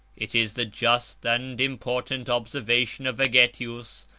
it is the just and important observation of vegetius,